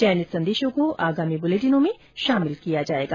चयनित संदेशों को आगामी बुलेटिनों में शामिल किया जाएगा